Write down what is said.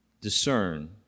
discern